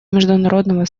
международного